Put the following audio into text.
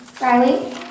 Riley